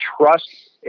trust